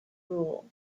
rule